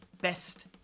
best